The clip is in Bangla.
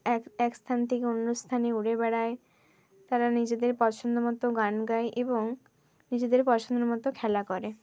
এক এক স্থান থেকে অন্য স্থানে উড়ে বেরায় তারা নিজের পছন্দমতো গান গায় এবং নিজেদের পছন্দমতো খেলা করে